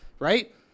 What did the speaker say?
right